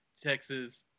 Texas